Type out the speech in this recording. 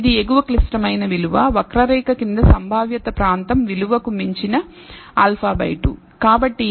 ఇది ఎగువ క్లిష్టమైన విలువ వక్రరేఖ క్రింద సంభావ్యత ప్రాంతం విలువకు మించిన α by 2